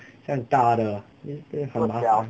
酱大的就是很麻烦